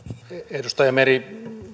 edustaja meri